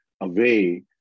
away